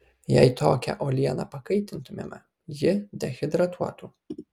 jei tokią uolieną pakaitintumėme ji dehidratuotų